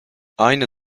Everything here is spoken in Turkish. aynı